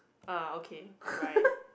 ah okay right